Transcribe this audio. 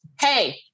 Hey